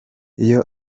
iyo